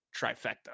trifecta